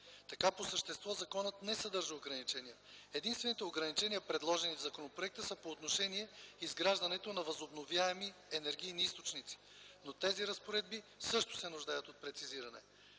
Така по същество законът не съдържа ограничения. Единствените ограничения, предложени в законопроекта, са по отношение изграждането на възобновяеми енергийни източници, но тези разпоредби също се нуждаят от прецизиране.